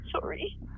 Sorry